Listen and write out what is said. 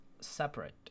separate